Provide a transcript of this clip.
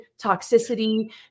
toxicity